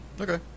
Okay